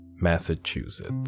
Massachusetts